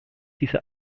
diese